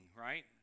right